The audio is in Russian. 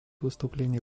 выступление